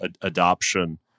adoption